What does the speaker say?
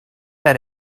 that